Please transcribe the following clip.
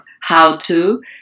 how-to